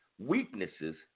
weaknesses